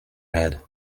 head